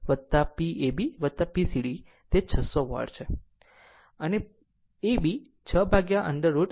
તેથી કુલ PPef Pab P cd તે 600 વોટ છે